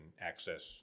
access